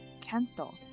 Kento